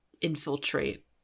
infiltrate